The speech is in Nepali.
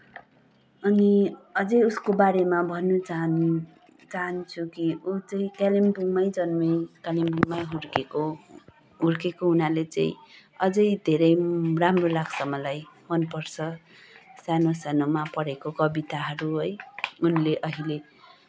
अनि अझै उसको बारेमा भन्न चाहान् चाहन्छु कि उ चाहिँ कालिम्पोङ्गमै जन्मिए कालिम्पोङ्गमै हुर्किएको हुर्किएको हुनाले चाहिँ अझै धेरै राम्रो लाग्छ मलाई मनपर्छ सानो सानोमा पढेका कविताहरू है उनले अहिले